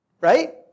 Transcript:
Right